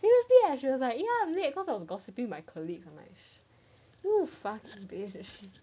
seriously I should have be like ya I'm late cause I was gossipping with my colleagues her oh I'm like fast pace as shit